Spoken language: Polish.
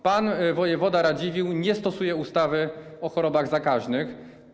Pan wojewoda Radziwiłł nie stosuje ustawy o chorobach zakaźnych.